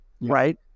right